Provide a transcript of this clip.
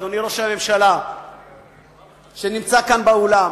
אדוני ראש הממשלה שנמצא כאן באולם,